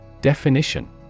Definition